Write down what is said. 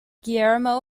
guillermo